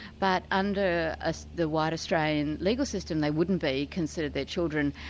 but under ah the white australian legal system they wouldn't be considered their children.